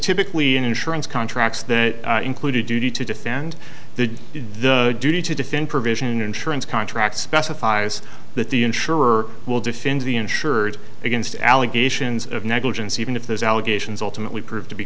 typically insurance contracts that included duty to defend the duty to defend provision insurance contract specifies that the insurer will defend the insured against allegations of negligence even if those allegations ultimately prove to be